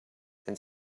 and